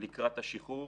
לקראת השחרור.